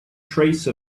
trace